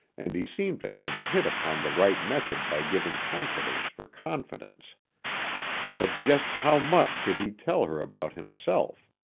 and he seemed to have hit upon the right method by giving confidence for confidence but just how much could he tell her about himself?